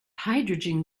hydrogen